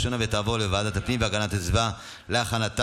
לוועדת הפנים והגנת הסביבה נתקבלה.